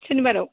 सनिबाराव